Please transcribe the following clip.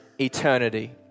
eternity